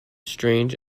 strange